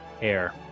air